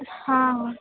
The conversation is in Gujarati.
હાં